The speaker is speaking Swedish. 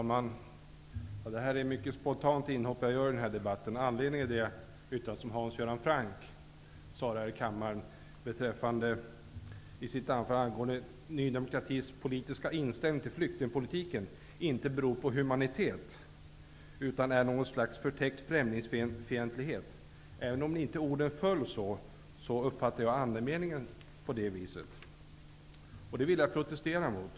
Herr talman! Jag gör nu ett mycket spontant inhopp i debatten. Anledningen är Hans Göran Francks yttrande i kammaren om att Ny demokratis inställning till flyktingpolitiken inte skulle grunda sig på humanitet utan utgöra något slags förtäckt främlingsfientlighet. Även om orden inte föll så, uppfattade jag andemeningen på det viset. Det vill jag protestera mot.